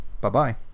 bye-bye